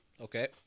Okay